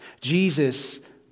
Jesus